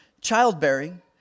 childbearing